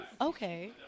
okay